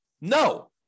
No